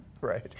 Right